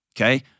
Okay